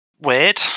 weird